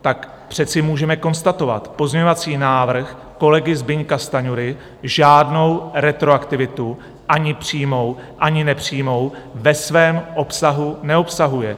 Tak přece můžeme konstatovat, pozměňovací návrh kolegy Zbyňka Stanjury žádnou retroaktivitu, ani přímou, ani nepřímou, ve svém obsahu neobsahuje.